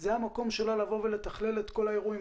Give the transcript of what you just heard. זה המקום שלה לבוא ולתכלל את כל האירועים,